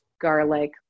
garlic